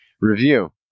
Review